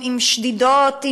עם שדידות,